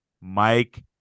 Mike